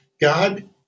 God